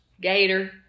Gator